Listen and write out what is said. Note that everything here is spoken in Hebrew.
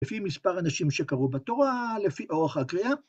לפי מספר אנשים שקראו בתורה, לפי אורך הקריאה.